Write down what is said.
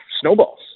snowballs